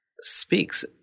speaks